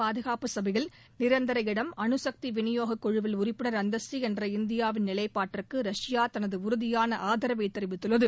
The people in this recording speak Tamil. பாதுகாப்பு சபையில் நிரந்தர இடம் அணுகக்தி விநியோக குழுவில் உறுப்பினர் அந்தஸ்து என்ற இந்தியாவின் நிலைப்பாட்டிற்கு ரஷ்யா தனது உறுதியான ஆதரவை தெரிவித்துள்ளது